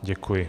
Děkuji.